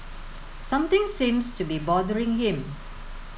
something seems to be bothering him